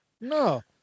No